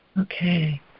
Okay